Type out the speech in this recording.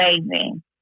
amazing